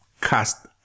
Cast